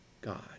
God